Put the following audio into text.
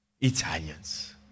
Italians